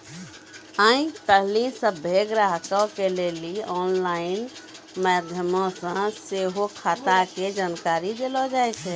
आइ काल्हि सभ्भे ग्राहको के लेली आनलाइन माध्यमो से सेहो खाता के जानकारी देलो जाय छै